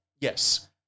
yes